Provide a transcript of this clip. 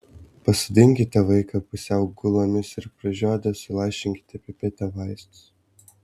pasodinkite vaiką pusiau gulomis ir pražiodę sulašinkite pipete vaistus